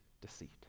deceit